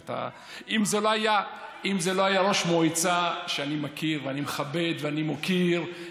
אם זה לא היה ראש מועצה שאני מכיר ואני מכבד ואני מוקיר,